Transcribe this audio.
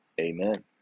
Amen